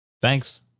Thanks